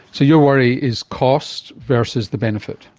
so you worry is cost versus the benefit.